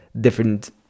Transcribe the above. different